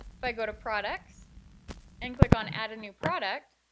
if i go to products and click on add a new product,